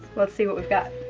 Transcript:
let's see what we've got.